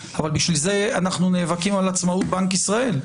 אבל, בשביל זה אנחנו נאבקים על עצמאות בנק ישראל.